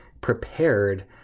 prepared